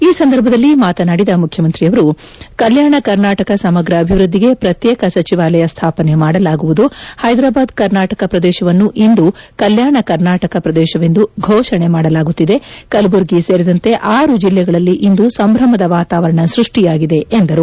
ಈ ಸಂದರ್ಭದಲ್ಲಿ ಮಾತನಾಡಿದ ಮುಖ್ಯಮಂತ್ರಿ ಅವರು ಕಲ್ಯಾಣ ಕರ್ನಾಟಕ ಸಮಗ್ರ ಅಭಿವೃದ್ದಿಗೆ ಪ್ರತ್ಯೇಕ ಸಚಿವಾಲಯ ಸ್ವಾಪನೆ ಮಾಡಲಾಗುವುದು ಹೈದ್ರಾಬಾದ್ ಕರ್ನಾಟಕ ಪ್ರದೇಶವನ್ನು ಇಂದು ಕಲ್ಯಾಣ ಕರ್ನಾಟಕ ಪ್ರದೇಶವೆಂದು ಘೋಷಣೆ ಮಾಡಲಾಗುತ್ತಿದೆ ಕಲಬುರಗಿ ಸೇರಿದಂತೆ ಆರು ಜಿಲ್ಲೆಗಳಲ್ಲಿ ಇಂದು ಸಂಭ್ರಮದ ವಾತಾವರಣ ಸೃಷ್ಠಿಯಾಗಿದೆ ಎಂದು ಹೇಳಿದರು